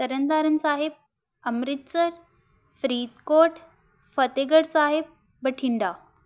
Tarn Taran Sahib Amritsar Faridkot Fatehgarh Sahib Bathinda